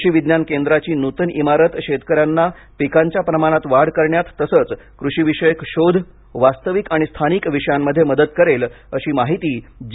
कृषी विज्ञान केंद्राची नूतन इमारत शेतक यांना पिकांच्या प्रमाणात वाढ करण्यात तसेच कृषीविषयक शोध आणि वास्तविक आणि स्थानिक विषयांमध्ये मदत करेल अशी माहिती जी